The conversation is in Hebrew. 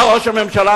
בא ראש הממשלה,